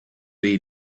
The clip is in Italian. dei